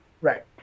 Right